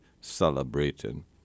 celebrating